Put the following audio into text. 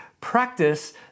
practice